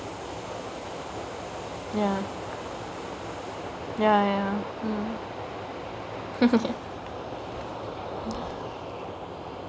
ya ya ya mm